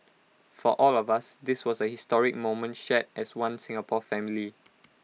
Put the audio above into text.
for all of us this was A historic moment shared as One Singapore family